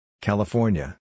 California